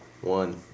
One